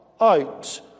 out